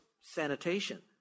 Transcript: sanitation